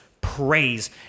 Praise